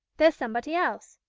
there's somebody else.